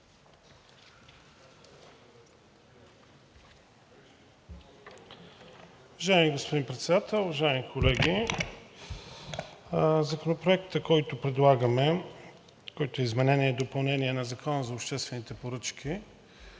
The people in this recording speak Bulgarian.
Уважаеми господин Председател, уважаеми колеги! Законопроектът, който предлагаме – за изменение и допълнение на Закона за обществените поръчки,